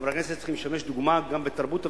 חברי הכנסת צריכים לשמש דוגמה גם בתרבות הוויכוח,